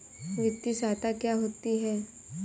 वित्तीय सहायता क्या होती है?